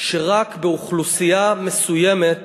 שרק באוכלוסייה מסוימת